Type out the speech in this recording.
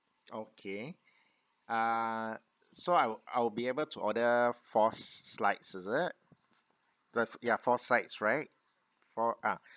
okay uh so I will I will be able to order four slides is it the ya four sides right four ah